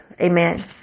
Amen